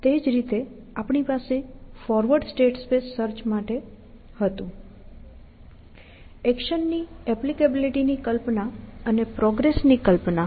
તે જ રીતે આપણી પાસે ફોરવર્ડ સ્ટેટ સ્પેસ સર્ચ માટે હતું એક્શનની એપ્લિકેબીલીટી ની કલ્પના અને પ્રોગ્રેસ ની કલ્પના